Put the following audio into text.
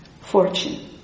Fortune